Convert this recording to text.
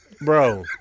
bro